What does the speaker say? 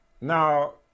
Now